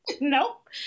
nope